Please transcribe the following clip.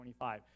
25